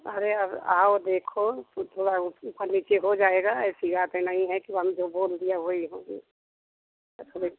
अरे अब आओ देखो उसमें ऊपर नीचे हो जाएगा ऐसे बात नहीं है कि हम जो हम बोल दिया वही होगी